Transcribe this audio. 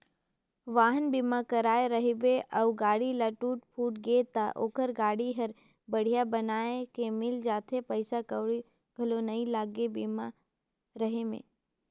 वाहन बीमा कराए रहिबे अउ गाड़ी ल टूट फूट गे त ओखर गाड़ी हर बड़िहा बनाये के मिल जाथे पइसा कउड़ी घलो नइ लागे बीमा रहें में